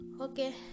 Okay